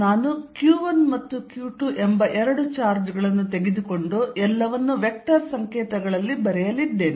ನಾನು q1 ಮತ್ತು q2 ಎಂಬ ಎರಡು ಚಾರ್ಜ್ ಗಳನ್ನು ತೆಗೆದುಕೊಂಡು ಎಲ್ಲವನ್ನೂ ವೆಕ್ಟರ್ ಸಂಕೇತಗಳಲ್ಲಿ ಬರೆಯಲಿದ್ದೇನೆ